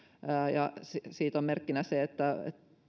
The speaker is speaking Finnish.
ja siitä on merkkinä se että